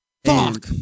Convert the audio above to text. Fuck